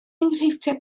enghreifftiau